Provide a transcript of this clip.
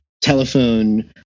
telephone